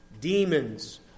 Demons